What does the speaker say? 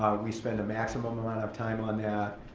we spend a maximum amount of time on that.